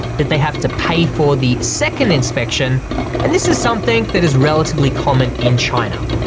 that they have to pay for the second inspection and this is something that is relatively common in china.